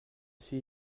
suis